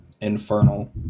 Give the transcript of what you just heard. Infernal